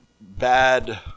bad